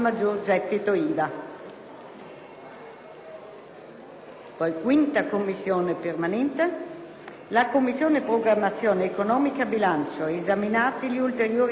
«La 1a Commissione permanente,